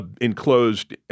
enclosed